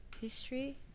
history